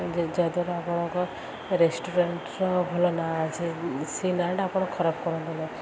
ଯାହାଦ୍ୱାରା ଆପଣଙ୍କ ରେଷ୍ଟୁରାଣ୍ଟର ଭଲ ନାଁ ଅଛି ସେଇ ନାଁଟା ଆପଣ ଖରାପ କରନ୍ତୁ ନାହିଁ